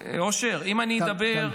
--- אושר, אם אני אדבר --- תם.